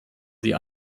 sie